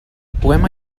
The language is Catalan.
poema